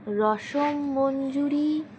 রসম মঞ্জুরি